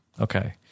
Okay